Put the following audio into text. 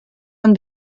han